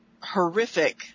horrific